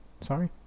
sorry